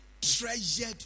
treasured